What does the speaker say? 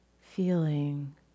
feeling